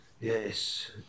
yes